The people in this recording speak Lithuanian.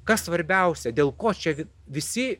kas svarbiausia dėl ko čia visi